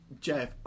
Jeff